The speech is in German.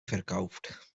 verkauft